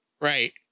Right